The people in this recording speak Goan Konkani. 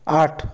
आठ